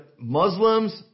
Muslims